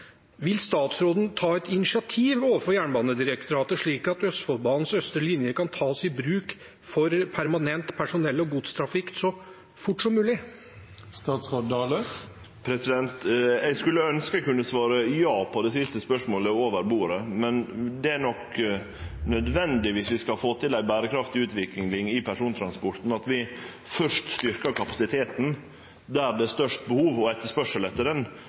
Vil statsråden ta et initiativ overfor Jernbanedirektoratet, slik at Østfoldbanens østre linje kan tas i bruk for permanent personell- og godstrafikk så fort som mulig? Eg skulle ønskje eg over bordet kunne svare ja på det siste spørsmålet, men om vi skal få til ei berekraftig utvikling i persontransporten, er det nok nødvendig at vi først styrkjer kapasiteten der det er størst behov og etterspørsel,